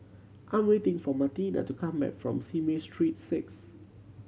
I'm waiting for Martina to come back from Simei Street Six